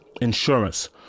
insurance